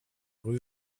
rue